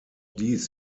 dies